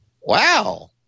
Wow